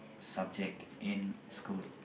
subject in school